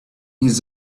his